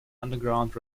underground